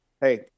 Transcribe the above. Hey